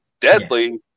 deadly